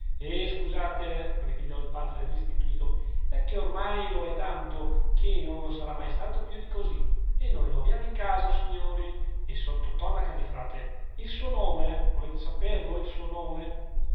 eh scusate ripigliò il padre restituto vecchio oramai lo è tanto che non lo sarà mai stato più di così e noi lo abbiamo in casa o signori e sotto tonaca di frate il suo nome volete saperlo il suo nome